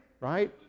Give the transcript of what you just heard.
right